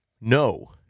No